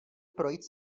projít